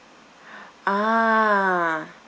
ah